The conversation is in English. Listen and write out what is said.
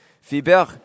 Fiber